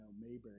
Mayberry